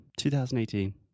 2018